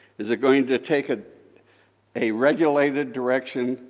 is it going to take ah a regulated direction,